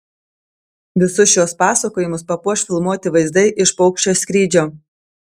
visus šiuos pasakojimus papuoš filmuoti vaizdai iš paukščio skrydžio